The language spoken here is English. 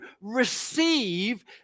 receive